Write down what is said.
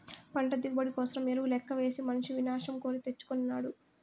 పంట దిగుబడి కోసరం ఎరువు లెక్కవేసి మనిసి వినాశం కోరి తెచ్చుకొనినాడు